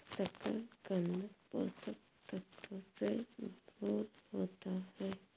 शकरकन्द पोषक तत्वों से भरपूर होता है